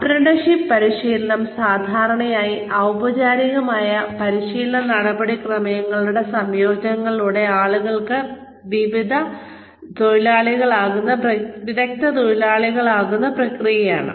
apprenticeship പരിശീലനം സാധാരണയായി ഔപചാരികമായ പഠന നടപടിക്രമങ്ങളുടെ സംയോജനത്തിലൂടെ ആളുകൾ വിദഗ്ധ തൊഴിലാളികളാകുന്ന പ്രക്രിയയാണ്